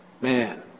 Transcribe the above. man